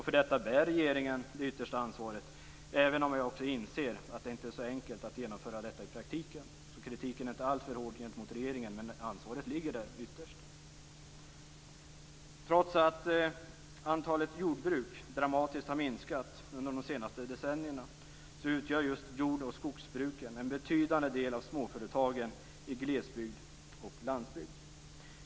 För detta bär regeringen det yttersta ansvaret, även om också jag inser att det inte är så enkelt att genomföra detta i praktiken. Kritiken är därför inte alltför hård mot regeringen, men ansvaret ligger ytterst där. Trots att antalet jordbruk dramatiskt har minskat under de senaste decennierna utgör just jord och skogsbruken en betydande del av småföretagen i glesbygd och på landsbygd.